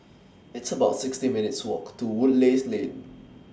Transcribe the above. It's about sixty minutes' Walk to Woodleigh Lane